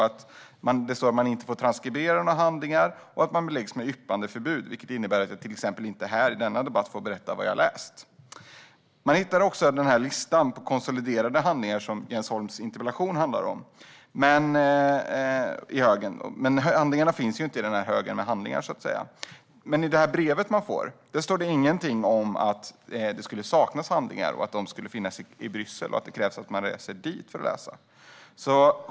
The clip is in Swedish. Det står att man inte får transkribera några handlingar och att man beläggs med yppandeförbud, vilket innebär att jag till exempel inte här i denna debatt får berätta vad jag har läst. Man hittar också i högen listan på konsoliderade handlingar, som Jens Holms interpellation handlar om. Men de handlingarna finns inte i högen med handlingar. I det brev man får står det ingenting om att det skulle saknas handlingar, att de skulle finnas i Bryssel och att det krävs att man reser dit för att läsa dem.